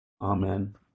Amen